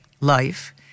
life